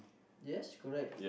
yes correct